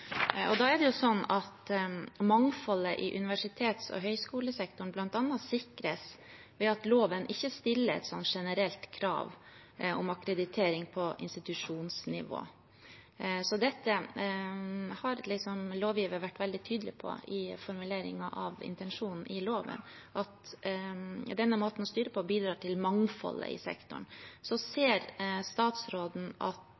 Det er sånn at mangfoldet i universitets- og høyskolesektoren bl.a. sikres ved at loven ikke stiller generelt krav om akkreditering på institusjonsnivå. Dette har lovgiver vært veldig tydelig på i formuleringen av intensjonen i loven, og at denne måten å styre på, bidrar til mangfoldet i sektoren. Ser statsråden at